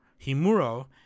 Himuro